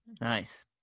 Nice